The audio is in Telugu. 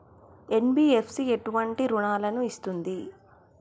ఎన్.బి.ఎఫ్.సి ఎటువంటి రుణాలను ఇస్తుంది?